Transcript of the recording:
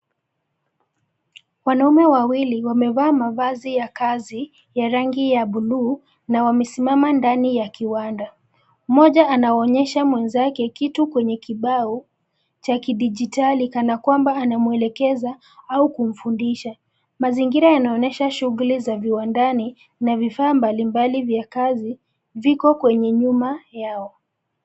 Wanaume wawili wamevaa mavazi ya kazi ya rangi ya buluu na wamesimama kwenye kiwanda. Mmoja anaonyesha mwenzake kitu kwenye kibao cha kidijitali kana kwamba anamwelekeza au kumfundisha. Mazingira yanaonyesha shughuli za viwandani na vifaa mbalimbali vya kazi viko kwenye nyuma yao.